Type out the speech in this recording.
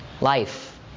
life